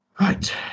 right